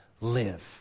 live